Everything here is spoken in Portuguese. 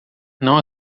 não